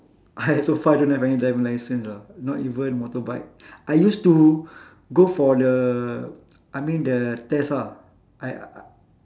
I so far don't have any driving license ah not even motorbike I used to go for the I mean the test ah I